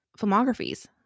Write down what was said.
filmographies